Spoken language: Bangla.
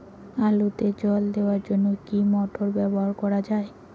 আলুতে জল দেওয়ার জন্য কি মোটর ব্যবহার করা যায়?